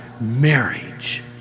marriage